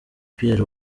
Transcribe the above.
pierre